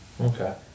Okay